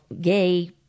gay